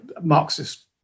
Marxist